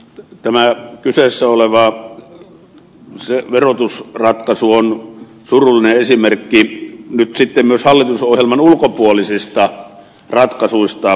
tämä kyseessä oleva verotusratkaisu on surullinen esimerkki myös hallitusohjelman ulkopuolisista ratkaisuista